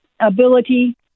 ability